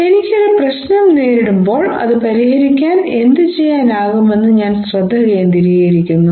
എനിക്ക് ഒരു പ്രശ്നം നേരിടുമ്പോൾ അത് പരിഹരിക്കാൻ എന്തുചെയ്യാനാകുമെന്ന് ഞാൻ ശ്രദ്ധ കേന്ദ്രീകരിക്കുന്നു